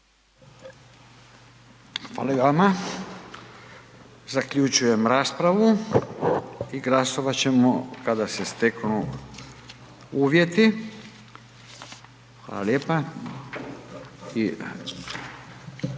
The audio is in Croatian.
Hvala i vama. Zaključujem raspravu i glasovat ćemo kada se steknu uvjeti. Hvala lijepa.